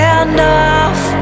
enough